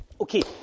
Okay